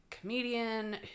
Comedian